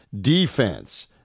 defense